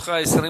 לרשותך 20 דקות.